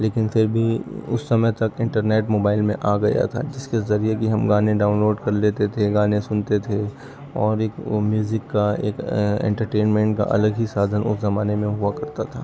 لیکن پھر بھی اس سمئے تک انٹرنیٹ موبائل میں آ گیا تھا جس کے ذریعے بھی ہم گانے ڈاؤنلوڈ کر لیتے تھے گانے سنتے تھے اور ایک وہ میوزک کا ایک انٹرٹینمنٹ کا الگ ہی سادھن اس زمانے میں ہوا کرتا تھا